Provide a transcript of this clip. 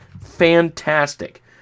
Fantastic